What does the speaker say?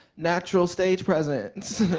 natural stage presence.